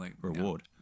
reward